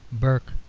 burke,